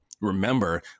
remember